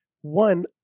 one